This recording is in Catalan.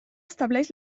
estableix